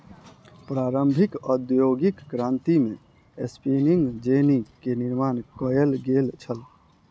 प्रारंभिक औद्योगिक क्रांति में स्पिनिंग जेनी के निर्माण कयल गेल छल